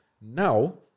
Now